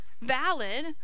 valid